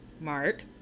mark